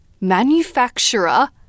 manufacturer